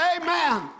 Amen